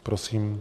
Prosím.